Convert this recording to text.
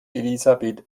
elisabeth